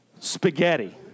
Spaghetti